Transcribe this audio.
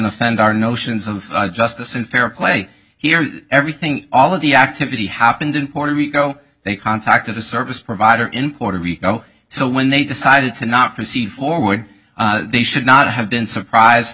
offend our notions of justice and fair play here everything all of the activity happened in puerto rico they contacted the service provider in puerto rico so when they decided to not proceed forward they should not have been surprised